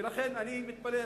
ולכן אני מתפלא,